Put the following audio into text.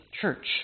church